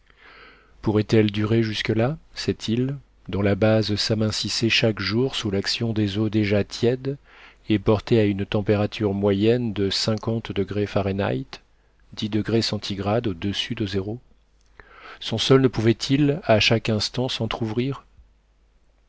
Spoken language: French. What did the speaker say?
pourrait-elle durer jusque-là cette île dont la base s'amincissait chaque jour sous l'action des eaux déjà tièdes et portées à une température moyenne de cinquante degrés fahrenheit son sol ne pouvait-il à chaque instant s'entrouvrir